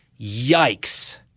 yikes